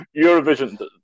Eurovision